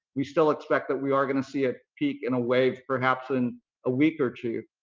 we still expect that we are going to see it peak in a wave perhaps in a week or two,